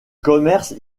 commerces